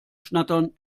schnattern